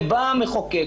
ובא המחוקק,